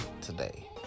today